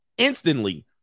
Instantly